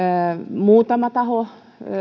muutama taho